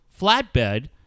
flatbed